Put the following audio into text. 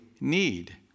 need